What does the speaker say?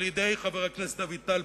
על-ידי חבר הכנסת דוד טל,